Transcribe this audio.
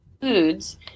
foods